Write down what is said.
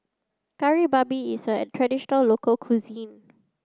Kari Babi is a traditional local cuisine